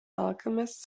alchemist